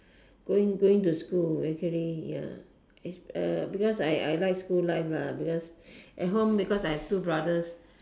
going going to school actually ya is uh because I I like school life lah because at home because I have two brothers